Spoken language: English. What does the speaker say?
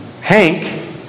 Hank